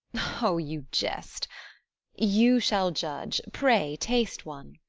o, you jest you shall judge pray, taste one.